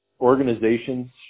organizations